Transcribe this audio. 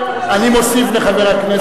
בגלל הערת ראש הממשלה אני מתכוון לתת לחבר הכנסת,